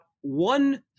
one